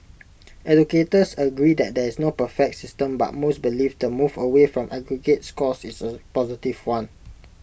educators agree that there is no perfect system but most believe the move away from aggregate scores is A positive one